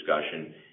discussion